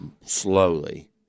slowly—